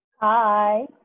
Hi